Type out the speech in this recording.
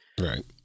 Right